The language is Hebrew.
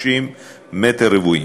מ-30 מטר רבועים.